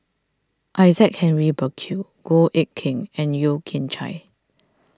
Isaac Henry Burkill Goh Eck Kheng and Yeo Kian Chye